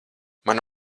mana